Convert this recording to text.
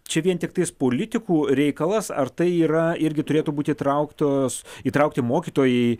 čia vien tiktais politikų reikalas ar tai yra irgi turėtų būti įtrauktos įtraukti mokytojai